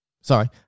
sorry